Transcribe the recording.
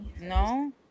No